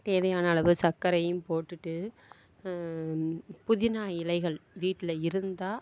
தேவையான அளவு சர்க்கரையும் போட்டுவிட்டு புதினா இலைகள் வீட்டில் இருந்தால்